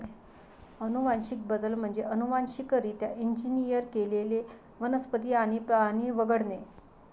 अनुवांशिक बदल म्हणजे अनुवांशिकरित्या इंजिनियर केलेले वनस्पती आणि प्राणी वगळणे